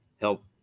help